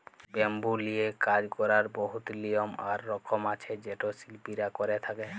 bamboo লিয়ে কাজ ক্যরার বহুত লিয়ম আর রকম আছে যেট শিল্পীরা ক্যরে থ্যকে